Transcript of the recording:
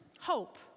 hope